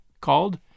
called